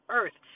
earth